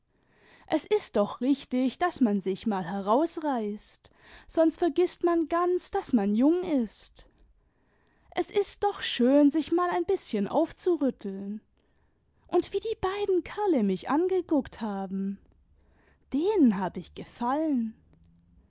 es ist doch richtig daß man sich mal herausreißt sonst vergißt man ganz daß man jung ist es ist doch schön sich mal ein bißchen aufzurüttehi und wie die beiden kerle mich angeguckt haben i denen hab ich gefallen